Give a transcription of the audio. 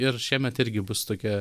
ir šiemet irgi bus tokia